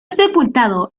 sepultado